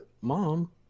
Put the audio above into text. mom